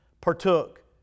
partook